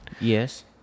yes